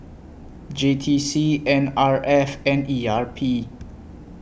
J T C N R F and E R P